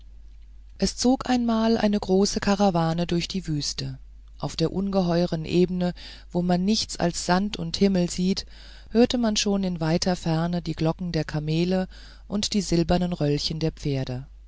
es zog einmal eine große karawane durch die wüste auf der ungeheuren ebene wo man nichts als sand und himmel sieht hörte man schon in weiter ferne die glocken der kamele und die silbernen röllchen der pferde